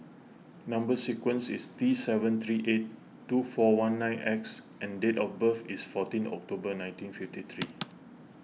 Number Sequence is T seven three eight two four one nine X and date of birth is fourteen October nineteen fifty three